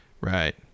Right